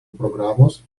programos